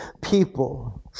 people